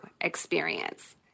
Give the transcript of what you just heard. experience